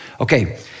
Okay